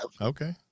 okay